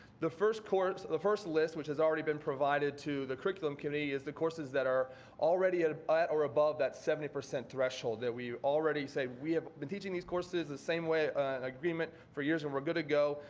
the first course the first list, which has already been provided to the curriculum committee is the courses that are already at at or above that seventy percent threshold that we already said we have been teaching these courses the same way in agreement for years and we're good to go.